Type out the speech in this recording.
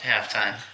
halftime